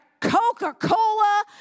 Coca-Cola